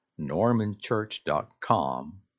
normanchurch.com